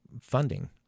funding